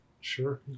sure